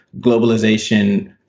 globalization